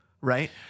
right